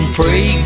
pray